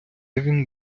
він